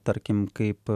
tarkim kaip